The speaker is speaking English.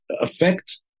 affect